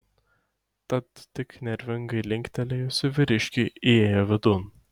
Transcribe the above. tad tik nervingai linktelėjusi vyriškiui įėjo vidun